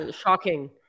shocking